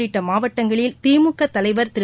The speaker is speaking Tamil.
உள்ளிட்டமாவட்டங்களில் திமுகதலைவர் திரு